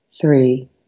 three